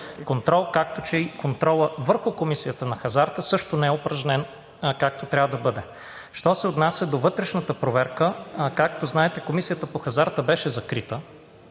контрол, както и че контролът върху Комисията по хазарта също не е упражнен, както трябва да бъде. Що се отнася до вътрешната проверка. Както знаете, Комисията по хазарта беше закрита,